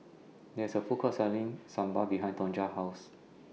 There IS A Food Court Selling Sambar behind Tonja's House